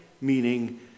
meaning